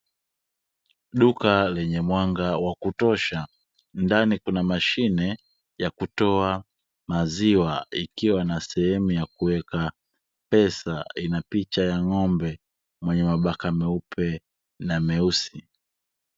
Duka lenye mwanga wa kutosha ndani kuna mashine ya kutoa maziwa, ikiwa na sehemu ya kuweka pesa ina picha ya ngombe mwenye mabaka meupe na meusi.